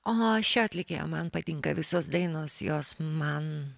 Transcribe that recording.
o šio atlikėjo man patinka visos dainos jos man